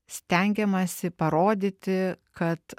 stengiamasi parodyti kad